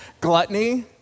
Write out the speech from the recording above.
Gluttony